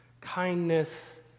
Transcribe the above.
kindness